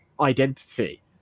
identity